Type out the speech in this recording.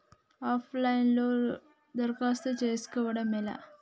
Of line లో loan దరఖాస్తు చేసుకోవడం ఎలా?